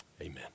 Amen